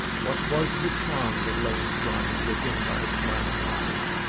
what was the charm that lay enshrined within thy smiling eyes?